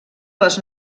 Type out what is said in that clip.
les